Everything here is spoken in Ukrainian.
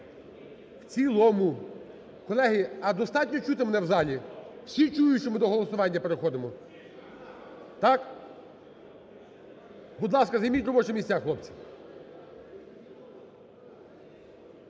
в цілому. Колеги, а достатньо чути мене в залі? Всі чують, що ми до голосування переходимо? Так? Будь ласка, займіть робочі місця, хлопці.